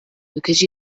because